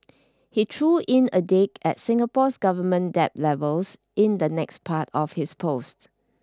he threw in a dig at Singapore's government debt levels in the next part of his post